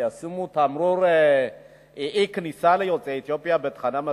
שישימו תמרור "אין כניסה ליוצאי אתיופיה" בתחנה המרכזית?